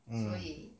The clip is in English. mm